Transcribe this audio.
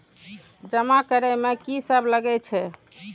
जमा करे में की सब लगे छै?